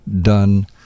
done